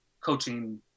coaching